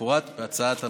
כמפורט בהצעת הממשלה.